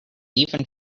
even